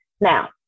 Now